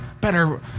Better